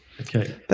Okay